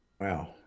Wow